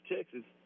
Texas